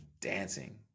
dancing